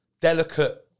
delicate